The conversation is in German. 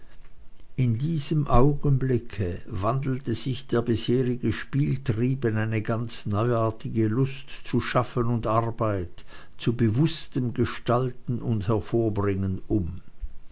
in diesem augenblicke wandelte sich der bisherige spieltrieb in eine ganz neuartige lust zu schaffen und arbeit zu bewußtem gestalten und hervorbringen um